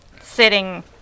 sitting